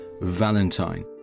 Valentine